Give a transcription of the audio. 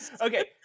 Okay